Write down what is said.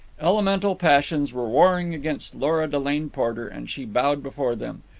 elemental passions were warring against lora delane porter, and she bowed before them.